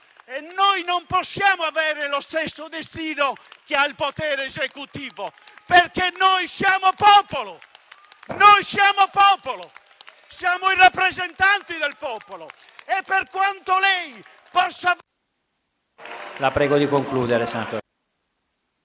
E noi non possiamo avere lo stesso destino che ha il potere esecutivo, perché noi siamo popolo! Noi siamo popolo! Siamo i rappresentanti del popolo e per quanto lei possa...